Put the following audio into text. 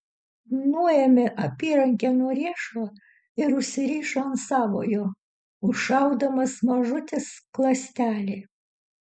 nuėmė apyrankę nuo riešo ir užsirišo ant savojo užšaudamas mažutį skląstelį